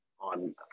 on